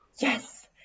yes